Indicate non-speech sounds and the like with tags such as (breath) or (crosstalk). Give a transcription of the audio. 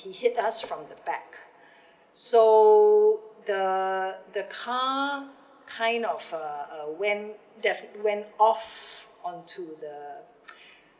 he hit us from the back (breath) so the the car kind of uh uh went went off on to the (noise)